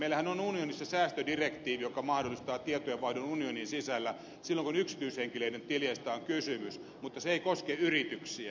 meillähän on unionissa säästödirektiivi joka mahdollistaa tietojen vaihdon unionin sisällä silloin kun yksityishenkilöiden tileistä on kysymys mutta se ei koske yrityksiä